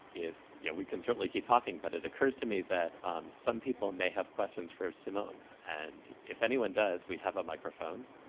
yeah we can certainly keep talking, but it occurs to me that some people may have questions for simone, and if anyone does, we have a microphone.